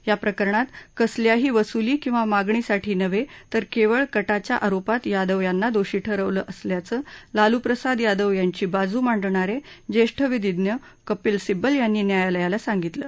या प्रकरणात कसल्याही वसुली किंवा मागणीसाठी नव्हे तर केवळ कटाच्या आरोपात यादव यांना दोषी ठरवलं असल्याचं लालू प्रसाद यादव यांची बाजू मांडणारे ज्येष्ठ विधीज्ञ कपील सिब्बल यांनी न्यायालयाला सांगितलं